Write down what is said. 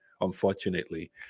unfortunately